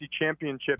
championship